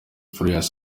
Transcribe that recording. farious